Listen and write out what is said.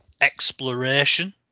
exploration